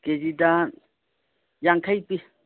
ꯀꯦ ꯖꯤꯗ ꯌꯥꯡꯈꯩ ꯄꯤ